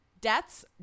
Death's